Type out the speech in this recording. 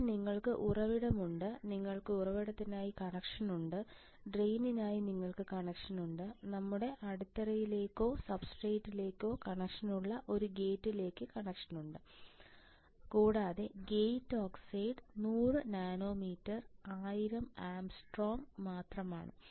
ഇപ്പോൾ നിങ്ങൾക്ക് ഉറവിടമുണ്ട് നിങ്ങൾക്ക് ഉറവിടത്തിനായി കണക്ഷനുണ്ട് ഡ്രെയിനിനായി നിങ്ങൾക്ക് കണക്ഷനുണ്ട് നമ്മുടെ അടിത്തറയിലേക്കോ സബ്സ്ട്രേറ്റിലേക്കോ കണക്ഷനുള്ള ഒരു ഗേറ്റിലേക്ക് കണക്ഷനുണ്ട് കൂടാതെ ഗേറ്റ് ഓക്സൈഡ് 100 നാനോമീറ്റർ 1000 ആംഗ്സ്ട്രോം മാത്രമാണ്